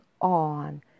on